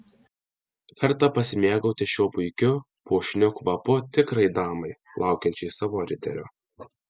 verta pasimėgauti šiuo puikiu puošniu kvapu tikrai damai laukiančiai savo riterio